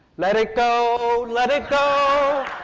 let it go, let it go.